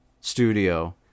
studio